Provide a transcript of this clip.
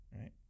Right